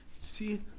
see